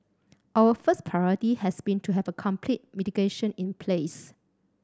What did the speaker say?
our first priority has been to have a complete mitigation in place